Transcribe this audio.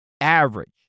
average